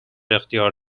اختیار